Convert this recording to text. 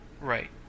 Right